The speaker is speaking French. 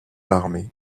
l’armée